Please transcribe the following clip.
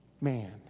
man